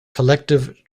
collective